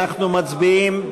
אנחנו מצביעים.